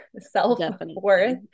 self-worth